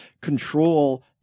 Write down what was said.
control